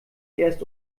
erst